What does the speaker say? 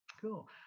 cool